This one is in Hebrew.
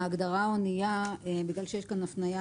בחרנו במונח "אנייה" בגלל שיש כאן הפנייה